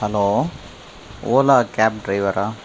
hello Ola cab டிரைவரா